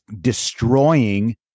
destroying